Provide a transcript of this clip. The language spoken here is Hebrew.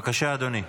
בבקשה, אדוני.